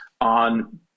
on